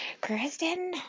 Kristen